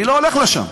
אני לא הולך לשם.